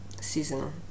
seasonal